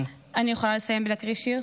אני יכולה לסיים בהקראת שיר?